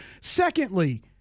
Secondly